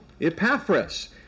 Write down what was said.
Epaphras